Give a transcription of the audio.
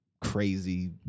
crazy